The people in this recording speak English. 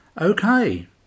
Okay